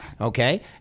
okay